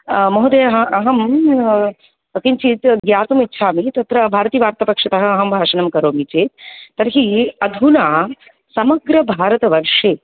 महोदय अहं किञ्चित् ज्ञातुमिच्छामि तत्र भारतीवार्तापक्षतः अहं भाषणं करोमि चेत् तर्हि अधुना समग्रभारतवर्षे